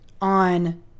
on